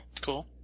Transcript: Cool